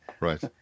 Right